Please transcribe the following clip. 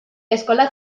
eskolak